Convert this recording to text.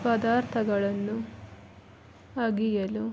ಪದಾರ್ಥಗಳನ್ನು ಅಗೆಯಲು